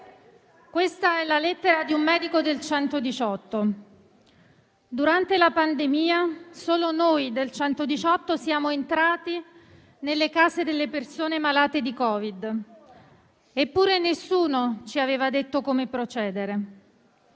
Leggo la lettera di un medico del 118: durante la pandemia solo noi del 118 siamo entrati nelle case delle persone malate di Covid. Eppure, nessuno ci aveva detto come procedere.